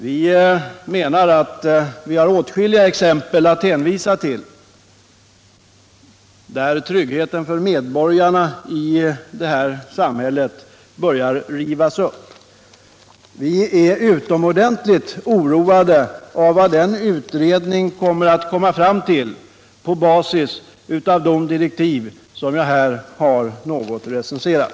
Vi menar att vi har åtskilliga exempel på att tryggheten för medborgarna i vårt samhälle börjar rivas upp. Vi är utomordentligt oroade av vad den här utredningen kan komma fram till på basis av de direktiv som jag här något har recenserat.